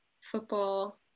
football